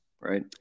Right